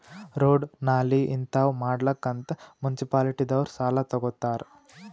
road, ನಾಲಿ ಹಿಂತಾವ್ ಮಾಡ್ಲಕ್ ಅಂತ್ ಮುನ್ಸಿಪಾಲಿಟಿದವ್ರು ಸಾಲಾ ತಗೊತ್ತಾರ್